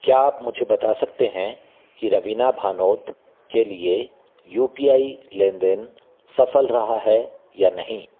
क्या आप मुझे बता सकते हैं कि रवीना भानोत के लिए यू पी आई लेन देन सफल रहा है या नहीं